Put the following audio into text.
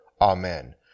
Amen